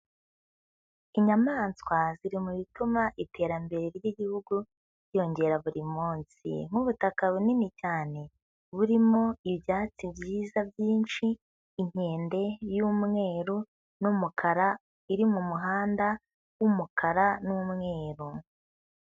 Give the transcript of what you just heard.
Inyamaswa ziri mubi bituma iterambere ry'Igihugu ryiyongera buri munsi, nk'ubutaka bunini cyane burimo ibyatsi biza byinshi, inkende y'umweru n'umukara iri mu muhanda w'umukara n'umweru.